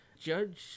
judge